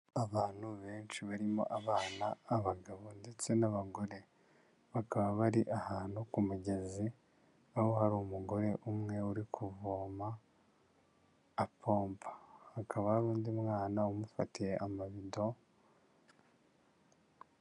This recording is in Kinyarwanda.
Abantu benshi barimo: abana, abagabo, ndetse n'abagore, bakaba bari ahantu ku mugezi aho hari umugore umwe uri kuvoma apompa, hakaba hari undi mwana umufatiye amabido.